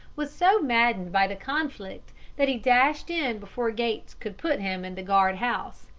was so maddened by the conflict that he dashed in before gates could put him in the guard-house,